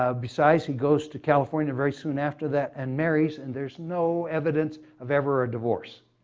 ah besides he goes to california very soon after that and marries and there's no evidence of ever a divorce.